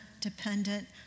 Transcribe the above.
dependent